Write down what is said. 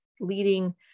leading